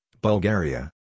Bulgaria